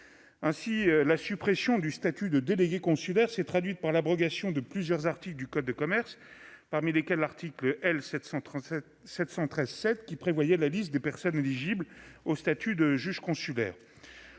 Ainsi, la suppression du statut de délégué consulaire s'est traduite par l'abrogation de plusieurs articles du code de commerce, parmi lesquels l'article L. 713-7, qui prévoyait la liste des personnes éligibles au statut de juge consulaire.